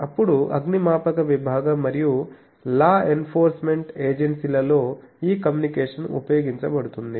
అప్పుడు అగ్నిమాపక విభాగం మరియు లా ఎన్ఫోర్స్మెంట్ ఏజెన్సీలలో ఈ కమ్యూనికేషన్ ఉపయోగించబడుతుంది